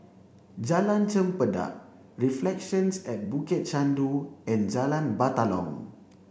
Jalan Chempedak Reflections at Bukit Chandu and Jalan Batalong